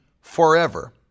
forever